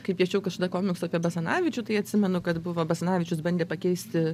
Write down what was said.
kai piešiau kažkada komiksą apie basanavičių tai atsimenu kad buvo basanavičius bandė pakeisti